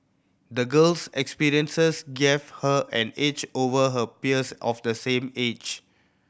the girl's experiences gave her an edge over her peers of the same age